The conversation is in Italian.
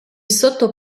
sotto